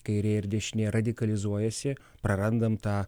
kairė ir dešinė radikalizuojasi prarandam tą